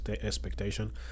expectation